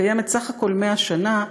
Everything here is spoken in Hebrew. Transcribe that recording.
היא קיימת בסך הכול 100 שנה,